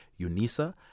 UNISA